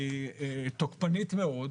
היא תוקפנית מאוד.